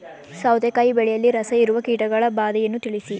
ಸೌತೆಕಾಯಿ ಬೆಳೆಯಲ್ಲಿ ರಸಹೀರುವ ಕೀಟಗಳ ಬಾಧೆಯನ್ನು ತಿಳಿಸಿ?